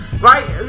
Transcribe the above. Right